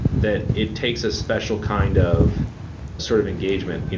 that it takes a special kind of sort of engagement.